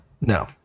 No